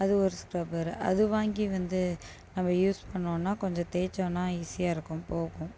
அது ஒரு ஸ்க்ரப்பர் அது வாங்கி வந்து நம்ம யூஸ் பண்ணோன்னால் கொஞ்சம் தேச்சோன்னால் ஈஸியாக இருக்கும் போகும்